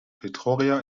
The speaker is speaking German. pretoria